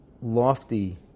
lofty